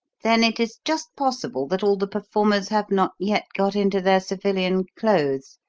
then it is just possible that all the performers have not yet got into their civilian clothes.